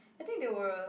I think they were